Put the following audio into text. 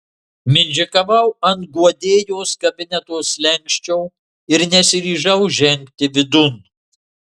mindžikavau ant guodėjos kabineto slenksčio ir nesiryžau žengti vidun